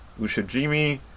Ushijimi